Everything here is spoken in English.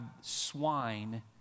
swine